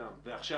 ועכשיו,